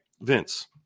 vince